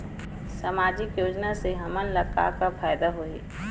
सामाजिक योजना से हमन ला का का फायदा होही?